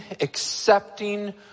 accepting